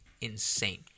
insane